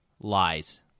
Lies